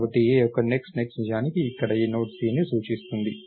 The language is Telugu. కాబట్టి A యొక్క next next నిజానికి ఇక్కడ ఈ నోడ్ C ని సూచిస్తుంది